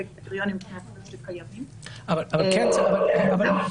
כי אלה קריטריונים שקיימים.